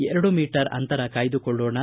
ಎರಡು ಮೀಟರ್ ಅಂತರ ಕಾಯ್ದುಕೊಳ್ಳೋಣ